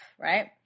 right